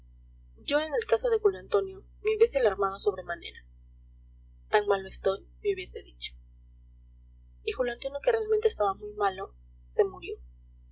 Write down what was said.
yo en el caso de julio antonio me hubiese alarmado sobremanera tan malo estoy me hubiese dicho y julio antonio que realmente estaba muy malo se murió